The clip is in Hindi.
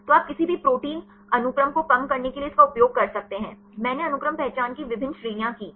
तो आप किसी भी प्रोटीन अनुक्रम को कम करने के लिए इसका उपयोग कर सकते हैं मैंने अनुक्रम पहचान की विभिन्न श्रेणियां कीं